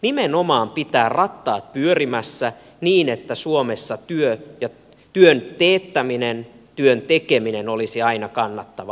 nimenomaan pitää rattaat pyörimässä niin että suomessa työn teettäminen työn tekeminen olisi aina kannattavaa